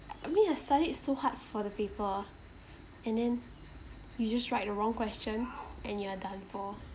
I mean I studied so hard for the paper and then you just write the wrong question and you are done for